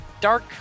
dark